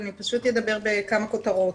אני פשוט אדבר בכמה כותרות.